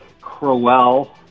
Crowell